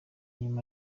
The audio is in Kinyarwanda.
nyuma